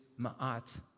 ma'at